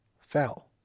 fell